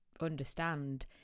understand